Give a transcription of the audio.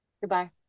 goodbye